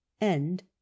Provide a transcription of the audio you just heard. End